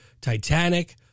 Titanic